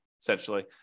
essentially